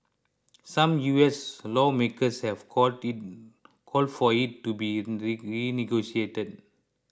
some U S lawmakers have called it called for it to be renegotiated